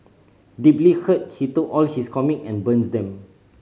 deeply hurt he took all his comic and burns them